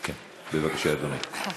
בבקשה, אדוני.